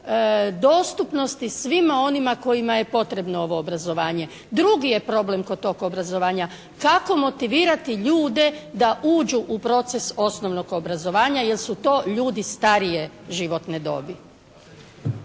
dostupnosti svima onima kojima je potrebno ovo obrazovanje. Drugi je problem kod tog obrazovanja. Kako motivirati ljude da uđu u proces osnovnog obrazovanja jer su to ljudi starije životne dobi?